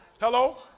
Hello